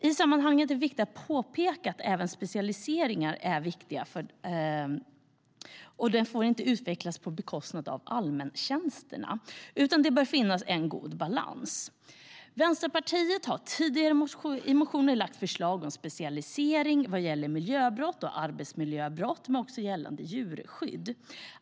I sammanhanget är det viktigt att påpeka att även specialiseringar är viktiga, och de får inte utvecklas på bekostnad av allmäntjänsterna, utan det bör finnas en god balans. Vänsterpartiet har tidigare i motioner lagt fram förslag om specialisering vad gäller miljöbrott och arbetsmiljöbrott men också gällande djurskydd.